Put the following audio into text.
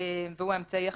והוא האמצעי החלופי.